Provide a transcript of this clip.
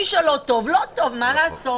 מי שלא טוב, לא טוב, מה לעשות.